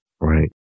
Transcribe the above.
Right